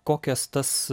kokias tas